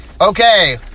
Okay